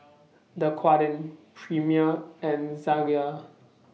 Dequadin Premier and Zalia